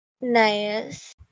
nice